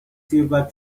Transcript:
silver